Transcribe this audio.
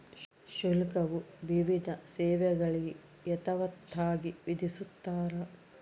ಶುಲ್ಕವು ವಿವಿಧ ಸೇವೆಗಳಿಗೆ ಯಥಾವತ್ತಾಗಿ ವಿಧಿಸ್ತಾರ